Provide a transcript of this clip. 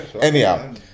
Anyhow